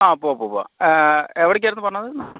ആ പോവാം പോവാം പോവാം എവിടേക്ക് ആയിരുന്നു പറഞ്ഞത്